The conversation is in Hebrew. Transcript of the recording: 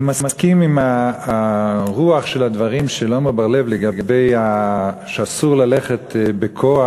אני מסכים עם הרוח של הדברים של עמר בר-לב לגבי זה שאסור ללכת בכוח,